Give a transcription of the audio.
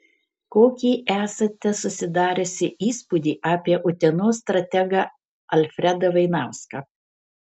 kokį esate susidariusi įspūdį apie utenos strategą alfredą vainauską